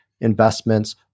investments